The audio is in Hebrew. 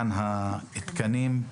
שישלים את המידע בעניין התקנים.